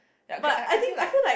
ya I I feel like